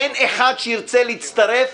אין אחד שירצה להצטרף,